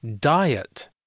Diet